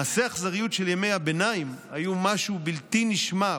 מעשי אכזריות של ימי הביניים היו משהו בלתי נשמע,